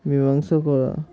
মীমাংসা করা